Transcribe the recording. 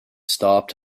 stopped